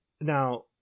Now